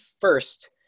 first